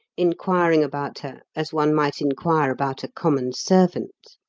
inquiring about her as one might inquire about a common servant.